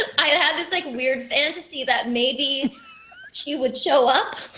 i had had this, like, weird fantasy that maybe she would show up.